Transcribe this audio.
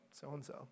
so-and-so